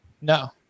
No